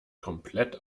komplett